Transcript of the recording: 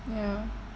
ya